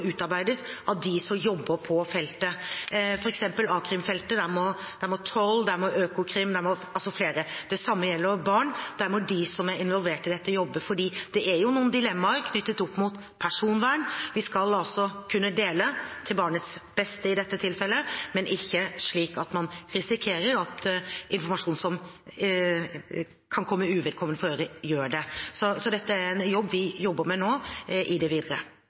utarbeides av dem som jobber på feltet. For eksempel må toll, økokrim og flere jobbe på a-krimfeltet. Det samme gjelder barn. Der må de som er involvert i dette, jobbe, for det er jo noen dilemmaer knyttet til personvern. Vi skal altså kunne dele, til barnets beste i dette tilfellet, men ikke slik at man risikerer at informasjon som kan komme uvedkommende for øre, gjør det. Så dette er noe vi jobber med nå i det videre.